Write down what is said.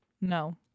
no